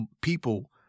people